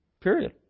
period